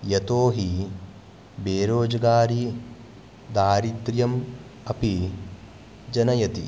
यतोहि बेरोज्गारी दारिद्र्यम् अपि जनयति